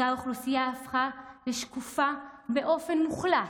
אותה אוכלוסייה הפכה לשקופה באופן מוחלט,